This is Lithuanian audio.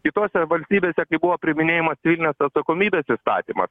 kitose valstybėse kai buvo priiminėjama civilinės atsakomybės įstatymas